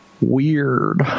Weird